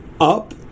up